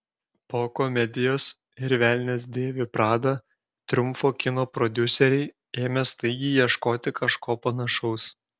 po komedijos ir velnias dėvi pradą triumfo kino prodiuseriai ėmė staigiai ieškoti kažko panašaus